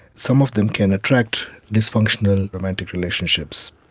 some of them can attract dysfunctional romantic relationships.